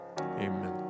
amen